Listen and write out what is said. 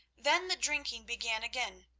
then the drinking began again,